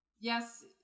yes